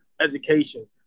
education